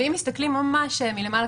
אם מסתכלים ממש מלמעלה,